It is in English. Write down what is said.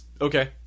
Okay